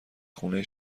خونه